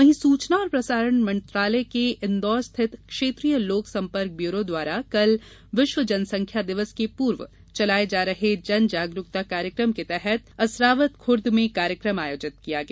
वहीं सूचना और प्रसारण मंत्रालय के इंदौर स्थित क्षेत्रीय लोक सम्पर्क ब्यूरो द्वारा कल विश्व जनसंख्या दिवस के पूर्व चलाये जा रहे जन जागरूकता कार्यक्रम के तहत असरावद खूर्द में कार्यक्रम आयोजित किया गया